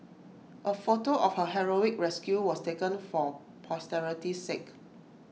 A photo of her heroic rescue was taken for posterity's sake